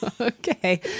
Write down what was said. Okay